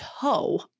toe